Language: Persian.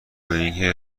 اینکه